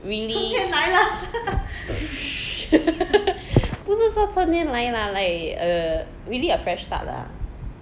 really 不是说春天来 lah like err really a fresh start lah